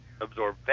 absorb